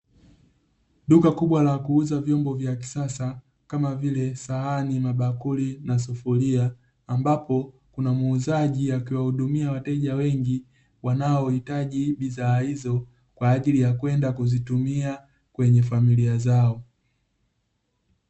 Duka kubwa la kuuza vyombo vya kisasa, kama vile; sahani, mabakuli na sufuria; ambapo kuna muuzaji akiwahudumia wateja wengi wanaohitaji bidhaa hizo, kwa ajili ya kwenda kuzitumia kwenye familia zao.